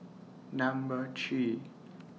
Number three